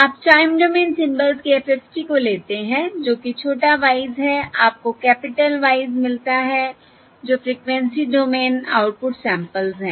आप time domain symbols के FFT को लेते हैं जो कि छोटा y s है आपको कैपिटल Y s मिलता है जो फ़्रीक्वेंसी डोमेन आउटपुट सैंपल्स हैं